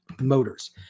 Motors